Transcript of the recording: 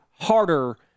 harder